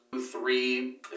three